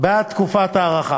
בעד תקופת ההארכה.